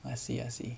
I see I see